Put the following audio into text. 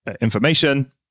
information